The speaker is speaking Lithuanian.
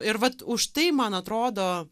ir vat užtai man atrodo